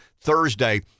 Thursday